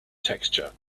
texture